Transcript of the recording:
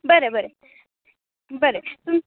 बरें बरें बरें तूम